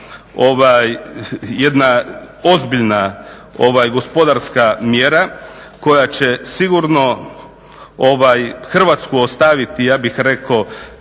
jedna ozbiljna gospodarska mjera koja će sigurno Hrvatsku ostaviti ja bih rekao